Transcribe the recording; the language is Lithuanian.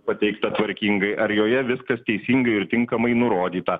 pateikta tvarkingai ar joje viskas teisingai ir tinkamai nurodyta